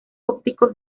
ópticos